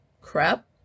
crap